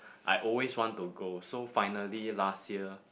I always want to go so finally last year